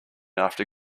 after